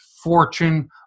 Fortune